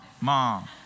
mom